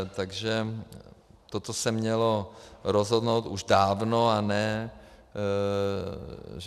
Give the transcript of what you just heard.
Takže toto se mělo rozhodnout už dávno a ne že...